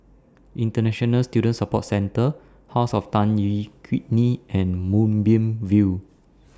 International Student Support Centre House of Tan Yeok Nee and Moonbeam View